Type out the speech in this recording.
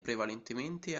prevalentemente